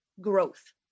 growth